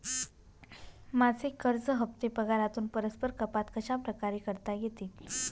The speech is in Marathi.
माझे कर्ज हफ्ते पगारातून परस्पर कपात कशाप्रकारे करता येतील?